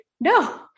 No